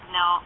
no